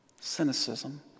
Cynicism